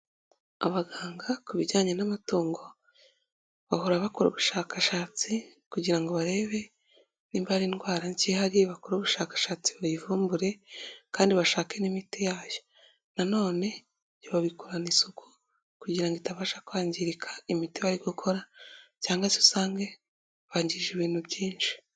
Abaganga ku bijyanye n'amatungo bahora bakora ubushakashatsi kugira ngo barebe niba indwara zihariye bakore ubushakashatsi bayivumbure, kandi bashake n'imiti yayo, nanone ntibabikorana isuku kugira ngo itabasha kwangirika imiti bari gukora, cyangwa usange bangije ibintu byinshi.